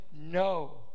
No